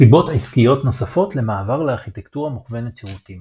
סיבות עסקיות נוספות למעבר לארכיטקטורה מכוונת שירותים